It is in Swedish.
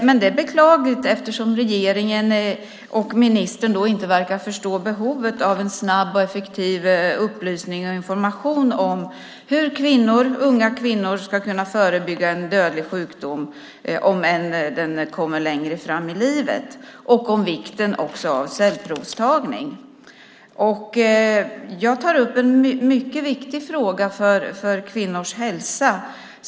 Men det beror på att varken regeringen eller ministern verkar förstå behovet av en snabb och effektiv upplysning och information om hur unga kvinnor ska kunna förebygga en dödlig sjukdom - även om den kommer längre fram i livet - och om vikten av cellprovstagning. Jag tar upp en mycket viktig fråga för kvinnors hälsa.